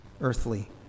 earthly